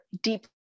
deeply